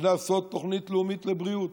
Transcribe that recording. לעשות תוכנית לאומית לבריאות.